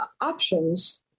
options